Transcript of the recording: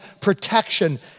protection